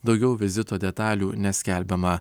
daugiau vizito detalių neskelbiama